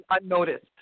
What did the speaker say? unnoticed